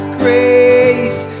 grace